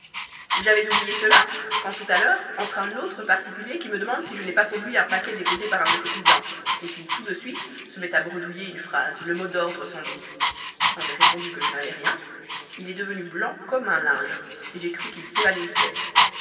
j'avais oublié cela quand tout à l'heure entre un autre particulier qui me demande si je n'ai pas pour lui un paquet déposé par un de ses cousins et qui tout de suite se met à bredouiller une phrase le mot d'ordre sans doute quand j'ai répondu que je n'avais rien il est devenu blanc comme un linge et j'ai cru qu'il s'évanouissait